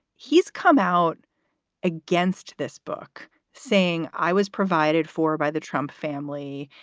he's come out against this book saying, i was provided for by the trump family.